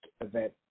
event